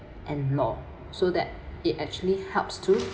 and law so that it actually helps to